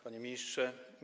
Panie Ministrze!